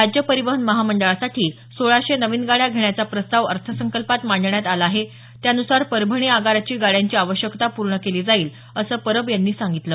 राज्य परिवहन महामंडळासाठी सोळाशे नवीन गाड्या घेण्याचा प्रस्ताव अर्थसंकल्पात मांडण्यात आला आहे त्यानुसार परभणी आगाराची गाड्यांची आवश्यकता पूर्ण केली जाईल अस परब यांनी सांगितल